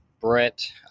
Brett